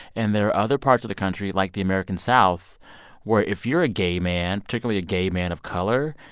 and there are other parts of the country like the american south where if you're a gay man, particularly a gay man of color,